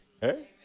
hey